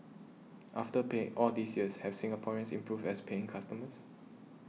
after paying all these years have Singaporeans improved as paying customers